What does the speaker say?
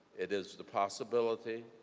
it is the possibility